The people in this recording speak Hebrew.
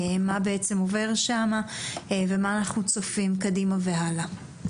מה בעצם עובר שם ואנחנו צופים קדימה והלאה.